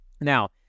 Now